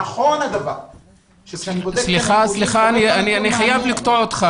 סליחה, אני חייב לקטוע אותך.